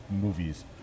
movies